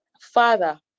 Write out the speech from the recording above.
Father